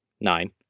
Nine